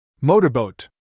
Motorboat